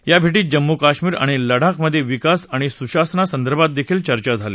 या भागंत जम्मु कश्मिर आणि लडाख मध्रिकास आणि सुशासना संदर्भात दखील चर्चा झाली